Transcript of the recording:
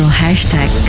hashtag